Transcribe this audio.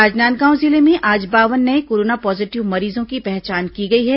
राजनांदगांव जिले में आज बावन नये कोरोना पॉजीटिव मरीजों की पहचान की गई है